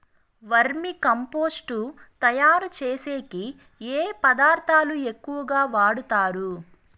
వర్మి compost తయారుచేసేకి ఏ పదార్థాలు ఎక్కువగా వాడుతారు